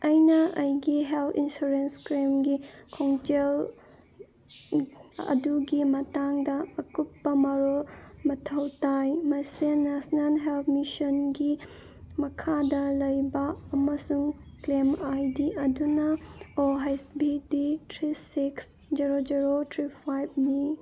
ꯑꯩꯅ ꯑꯩꯒꯤ health insurance ꯀ꯭ꯂꯦꯝꯒꯤ ꯈꯣꯡꯖꯦꯜ ꯑꯗꯨꯒꯤ ꯃꯇꯥꯡꯗ ꯑꯀꯨꯞꯄ ꯃꯔꯣꯜ ꯃꯊꯧ ꯇꯥꯏ ꯃꯁꯤ ꯅꯦꯁꯅꯦꯜ ꯍꯦꯜ ꯃꯤꯁꯟꯒꯤ ꯃꯈꯥꯗ ꯂꯩꯕ ꯑꯃꯁꯨꯡ ꯀ꯭ꯂꯦꯝ ꯑꯥꯏ ꯗꯤ ꯑꯗꯨꯅ O S B T three six zero zero three five ꯅꯤ